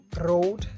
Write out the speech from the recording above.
road